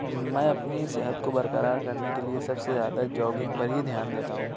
میں اپنی صحت کو برقرار کرنے کے لیے سب سے زیادہ جاگنگ پر ہی دھیان دیتا ہوں